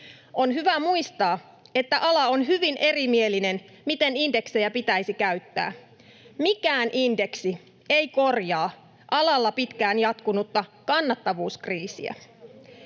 On hyvä muistaa, että ala on hyvin erimielinen siitä, miten indeksejä pitäisi käyttää. Mikään indeksi ei korjaa alalla pitkään jatkunutta kannattavuuskriisiä.